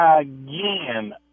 Again